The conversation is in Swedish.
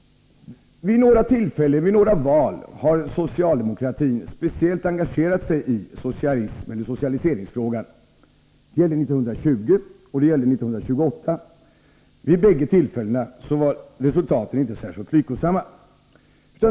Vid några val har socialdemokratin engagerat sig i socialiseringsfrågan. Det gällde 1920 och 1928. Vid bägge tillfällena var resultaten inte särskilt lyckosamma.